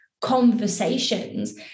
conversations